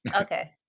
Okay